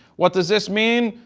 what does this mean?